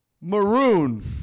maroon